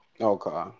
Okay